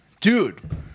Dude